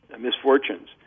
misfortunes